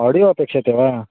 आडि अपेक्ष्यते वा